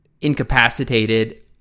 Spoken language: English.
incapacitated